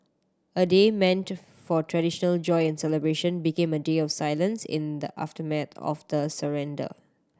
a day meant for traditional joy and celebration became a day of silence in the aftermath of the surrender